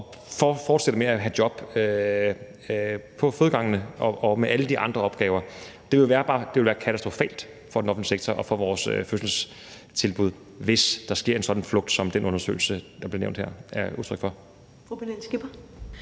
at fortsætte med at have job på fødegangene og med alle de andre opgaver. Det ville være katastrofalt for den offentlige sektor og for vores fødselstilbud, hvis der sker en sådan flugt, som den undersøgelse, der blev nævnt her, giver udtryk for.